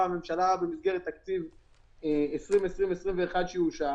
הממשלה במסגרת תקציב 2021-2020 שיאושר